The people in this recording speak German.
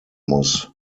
muss